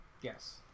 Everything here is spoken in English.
Yes